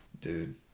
Dude